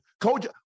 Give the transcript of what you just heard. Coach